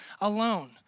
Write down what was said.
alone